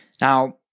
Now